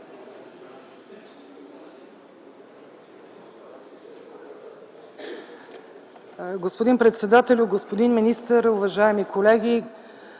Господин председател, господин министър, уважаеми колеги,